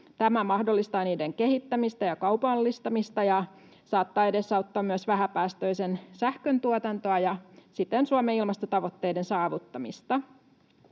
Tämä mahdollistaa niiden kehittämistä ja kaupallistamista ja saattaa edesauttaa myös vähäpäästöisen sähkön tuotantoa ja siten Suomen ilmastotavoitteiden saavuttamista.